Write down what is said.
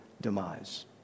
demise